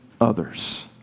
others